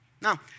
Now